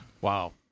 Wow